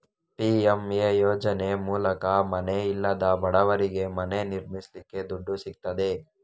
PMA ಯೋಜನೆ ಮೂಲಕ ಮನೆ ಇಲ್ಲದ ಬಡವರಿಗೆ ಮನೆ ನಿರ್ಮಿಸಲಿಕ್ಕೆ ದುಡ್ಡು ಸಿಗ್ತದೆ